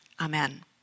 Amen